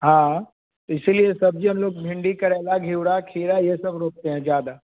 हाँ इसीलिए सब्ज़ी हम लोग भिंडी करेला घेवड़ा खीरा यह सब रोपते हैं ज़्यादा